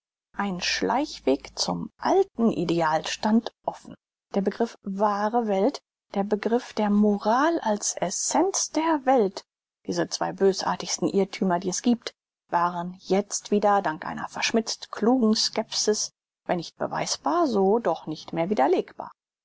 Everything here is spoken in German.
ein schleichweg zum alten ideal stand offen der begriff wahre welt der begriff der moral als essenz der welt diese zwei bösartigsten irrthümer die es giebt waren jetzt wieder dank einer verschmitzt klugen skepsis wenn nicht beweisbar so doch nicht mehr widerlegbar